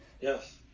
Yes